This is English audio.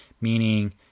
meaning